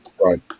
right